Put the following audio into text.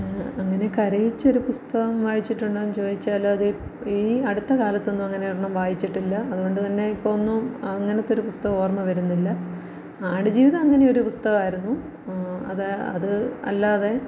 അങ്ങനെ കരയിച്ചൊരു പുസ്തകം വായിച്ചിട്ടുണ്ടോന്ന് ചോദിച്ചാലത് ഈ അടുത്ത കാലത്തൊന്നും അങ്ങനൊരെണ്ണം വായിച്ചിട്ടില്ല അതുകൊണ്ട് തന്നെ ഇപ്പോൾ ഒന്നും അങ്ങനത്തൊരു പുസ്തകം ഓർമ്മ വരുന്നില്ല ആടുജീവിതം അങ്ങനെയൊരു പുസ്തകമായിരുന്നു അത് അത് അല്ലാതെ